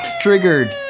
triggered